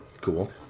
Cool